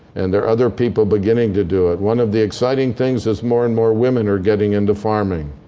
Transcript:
and there are other people beginning to do it. one of the exciting things is more and more women are getting into farming.